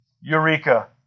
Eureka